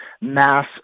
mass